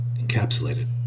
encapsulated